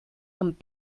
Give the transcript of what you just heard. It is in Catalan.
amb